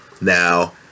now